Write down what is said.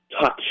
touch